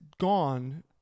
gone